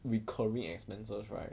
recurring expenses right